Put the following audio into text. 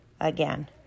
again